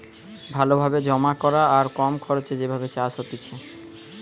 ভালো ভাবে জমা করা আর কম খরচে যে ভাবে চাষ হতিছে